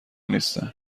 نیستن